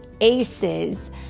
aces